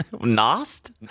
Nast